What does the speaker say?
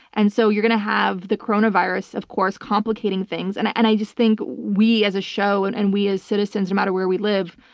and so you're going to have the coronavirus, of course, complicating things and and i just think we as a show and and we as citizens no matter where we live,